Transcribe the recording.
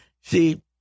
see